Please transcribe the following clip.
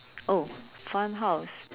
oh funhouse